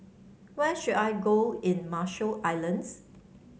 where should I go in Marshall Islands